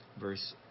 verse